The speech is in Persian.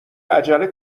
عجله